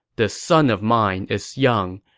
this son of mine is young.